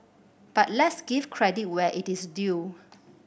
but let's give credit where it is due